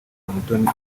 umutoni